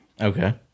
Okay